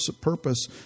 purpose